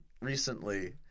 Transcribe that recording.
recently